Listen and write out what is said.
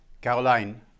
Caroline